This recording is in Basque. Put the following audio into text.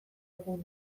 dugun